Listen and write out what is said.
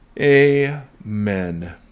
Amen